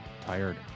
Tired